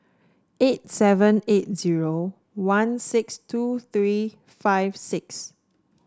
eight seven eight zero one six two three five six